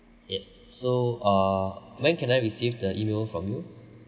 yes so uh when can I receive the email from you